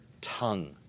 tongue